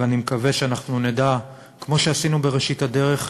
ואני מקווה שאנחנו נדע, כמו שעשינו בראשית הדרך,